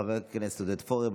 של חבר הכנסת עודד פורר.